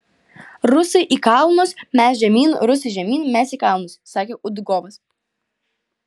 rusai į kalnus mes žemyn rusai žemyn mes į kalnus sakė udugovas